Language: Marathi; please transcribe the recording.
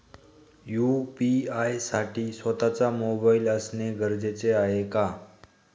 यू.पी.आय साठी स्वत:चा मोबाईल असणे गरजेचे आहे का?